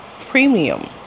premium